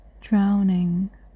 drowning